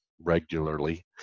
regularly